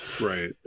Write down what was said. right